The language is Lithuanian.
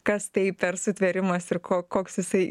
kas tai per sutvėrimas ir ko koks jisai